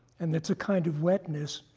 and it's a kind of wetness,